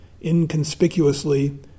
inconspicuously